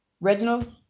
Reginald